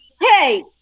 hey